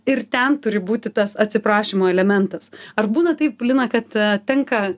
ir ten turi būti tas atsiprašymo elementas ar būna taip lina kad tenka